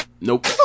Nope